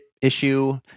issue